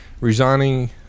resigning